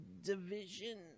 division